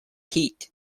heat